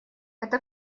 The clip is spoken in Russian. это